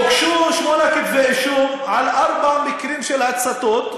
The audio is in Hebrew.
הוגשו שמונה כתבי אישום על ארבעה מקרים של הצתות,